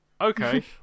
Okay